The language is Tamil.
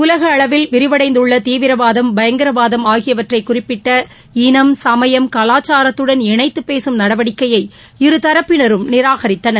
உலக அளவில் விரிவடைந்துள்ள தீவிரவாதம் பயங்கரவாதம் ஆகியவற்றை குறிப்பிட்ட இனம் சமயம் கலாச்சாரத்துடன் இணைத்து பேசும் நடவடிக்கையை இருதரப்பினரும் நிராகரித்தனர்